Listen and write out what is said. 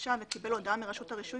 הבקשה וקיבל הודעה מרשות הרישוי